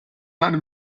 einem